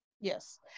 Yes